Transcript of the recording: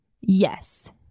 yes